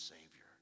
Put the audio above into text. Savior